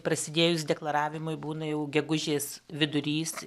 prasidėjus deklaravimui būna jau gegužės vidurys